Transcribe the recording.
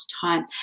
time